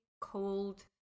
cold